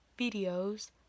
videos